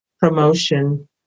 promotion